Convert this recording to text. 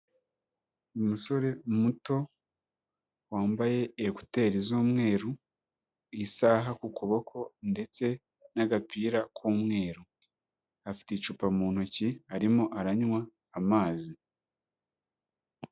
Umusore muto wambaye ekuteri z'umweru, isaha ku kuboko ndetse n'agapira k'umweru, afite icupa mu ntoki arimo aranywa amazi.